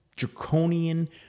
draconian